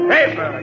Paper